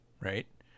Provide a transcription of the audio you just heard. right